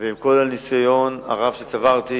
דיון ציבורי שפה המקום לקיים אותו, בוועדת הכנסת,